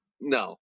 No